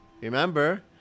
remember